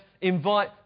invite